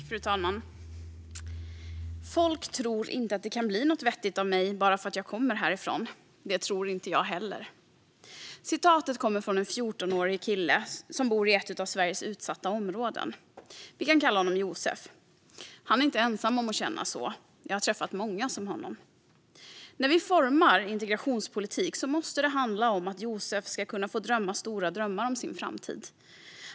Fru talman! "Folk tror inte det kan bli något vettigt av mig bara för att jag kommer härifrån. Det tror inte jag heller." Citatet kommer från en 14årig kille som bor i ett av Sveriges utsatta områden. Vi kan kalla honom Josef. Han är inte ensam om att känna så. Jag har träffat många som honom. När vi formar integrationspolitik måste det handla om att Josef ska få drömma stora drömmar om sina framtid.